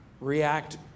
react